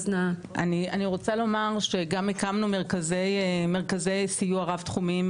אני רוצה לומר שגם הקמנו מרכזי סיוע רב תחומיים,